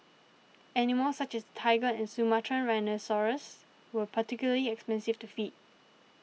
animals such as tiger and Sumatran rhinoceros were particularly expensive to feed